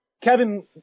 Kevin